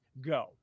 Go